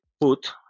put